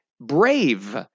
Brave